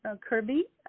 Kirby